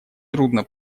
трудно